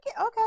okay